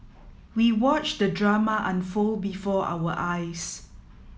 we watched the drama unfold before our eyes